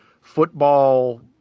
football